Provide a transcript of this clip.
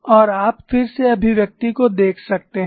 और आप फिर से अभिव्यक्ति को देख सकते हैं